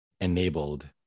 enabled